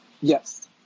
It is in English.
Yes